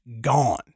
gone